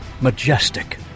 majestic